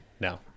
No